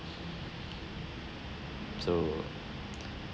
so